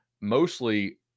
mostly